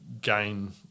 gain